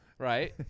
Right